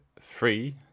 three